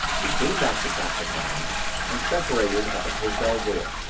we came back to castletown and separated at the hotel door.